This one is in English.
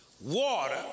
water